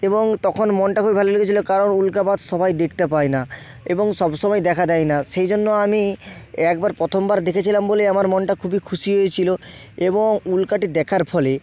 এবং তখন মনটা খুবই ভালো লেগেছিল কারণ উল্কাপাত সবাই দেখতে পায় না এবং সবসময় দেখা দেয় না সেই জন্য আমি একবার প্রথমবার দেখেছিলাম বলে আমার মনটা খুবই খুশি হয়েছিল এবং উল্কাটি দেখার ফলে